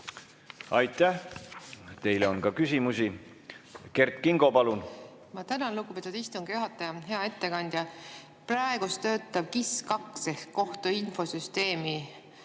Aitäh! Teile on ka küsimusi. Kert Kingo, palun! Ma tänan, lugupeetud istungi juhataja! Hea ettekandja! Praegu töötav KIS2 ehk kohtuinfosüsteem